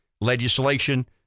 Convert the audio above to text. legislation